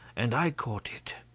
and i caught it.